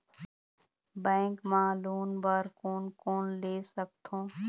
Bank मा loan बर कोन कोन ले सकथों?